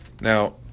now